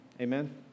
Amen